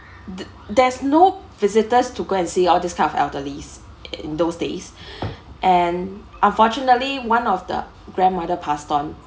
th~ there's no visitors to go and see all these kind of elderly's in those days and unfortunately one of the grandmother passed on